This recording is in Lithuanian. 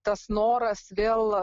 tas noras vėl